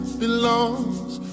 belongs